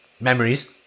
memories